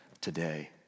today